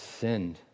sinned